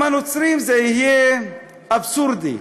עם הנוצרים זה יהיה אבסורדי,